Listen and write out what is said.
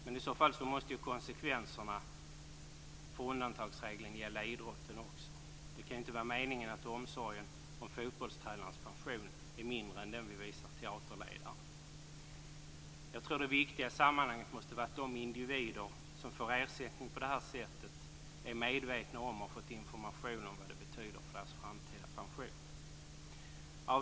Men i så fall måste konsekvenserna av undantagsregeln också gälla idrotten. Det kan inte vara meningen att omsorgen om fotbollstränarens pension är mindre än den vi visar teaterledaren. Jag tror att det viktiga i sammanhanget måste vara att de individer som får ersättning på det här sättet är medvetna om och har fått information om vad det betyder för deras framtida pension. Fru talman!